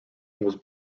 was